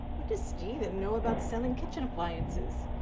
what does stephen know about selling kitchen appliances?